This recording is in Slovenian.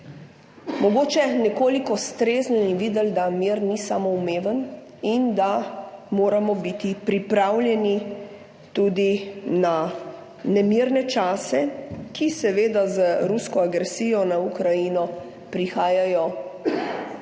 mogoče nekoliko streznili in videli, da mir ni samoumeven, in da moramo biti pripravljeni tudi na nemirne čase, ki seveda z rusko agresijo na Ukrajino prihajajo vedno